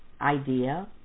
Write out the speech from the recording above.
idea